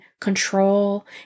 control